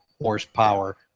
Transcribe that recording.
horsepower